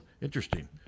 interesting